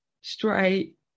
straight